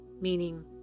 meaning